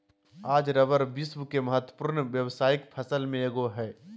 आज रबर विश्व के महत्वपूर्ण व्यावसायिक फसल में एगो हइ